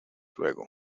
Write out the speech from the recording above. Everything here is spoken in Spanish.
luego